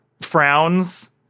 frowns